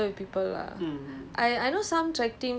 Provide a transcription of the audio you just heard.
yeah for sure lah I think it will just be like